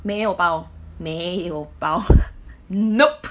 没有包没有包 nop